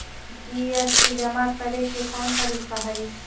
GST जमा करे के कौन तरीका हई